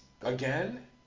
again